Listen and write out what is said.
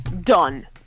done